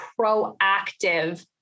proactive